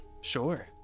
Sure